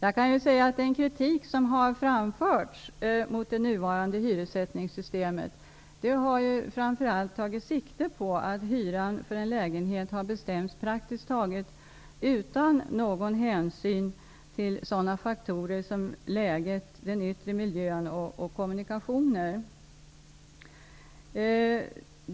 Fru talman! Den kritik som har framförts mot det nuvarande hyressättningssystemet har framför allt tagit sikte på att hyran för en lägenhet har bestämts praktiskt taget utan någon hänsyn till sådana faktorer som läget, den yttre miljön och kommunikationer.